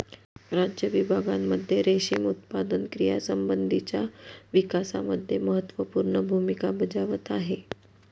राज्य विभागांमध्ये रेशीम उत्पादन क्रियांसंबंधीच्या विकासामध्ये महत्त्वपूर्ण भूमिका बजावत आहे